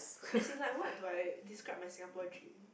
as in like what do I describe my Singapore dream